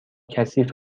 کثیف